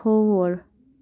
کھووُر